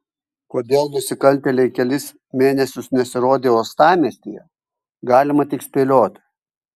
kodėl nusikaltėliai kelis mėnesius nesirodė uostamiestyje galima tik spėlioti